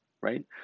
right